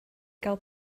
gael